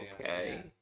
okay